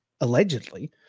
allegedly